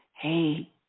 hey